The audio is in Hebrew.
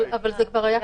אבל זה כבר ככה,